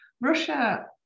Russia